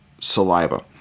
saliva